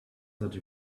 such